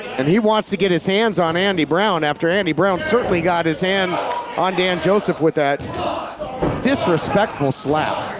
and he wants to get his hands on andy brown. after andy brown certainly got his hand on dan joseph with that disrespectful slap.